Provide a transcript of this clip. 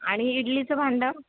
आणि इडलीचं भांडं